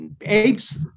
apes